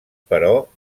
però